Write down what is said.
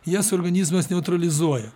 jas organizmas neutralizuoja